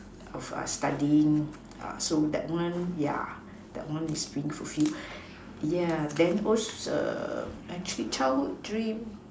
of like studying uh so that one yeah that one is dream fulfilled yeah then also actually childhood dream